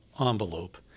envelope